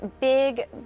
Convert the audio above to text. big